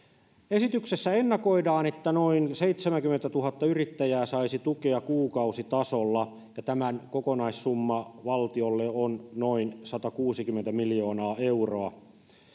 esityksessä ennakoidaan että noin seitsemänkymmentätuhatta yrittäjää saisi tukea kuukausitasolla ja tämän kokonaissumma valtiolle on noin satakuusikymmentä miljoonaa euroa